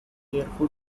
careful